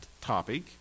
topic